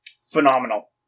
Phenomenal